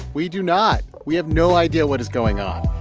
we do not. we have no idea what is going on.